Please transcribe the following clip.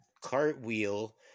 cartwheel